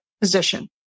position